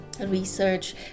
research